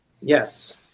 Yes